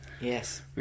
Yes